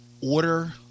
order